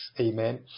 Amen